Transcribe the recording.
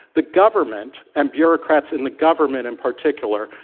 the government and bureaucrats in the government in particular,